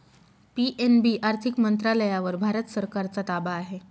PNB आर्थिक मंत्रालयावर भारत सरकारचा ताबा आहे